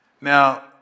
Now